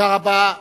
תודה רבה.